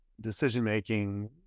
decision-making